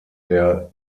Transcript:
der